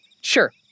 Sure